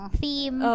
theme